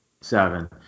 Seven